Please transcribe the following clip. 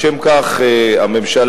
לשם כך הממשלה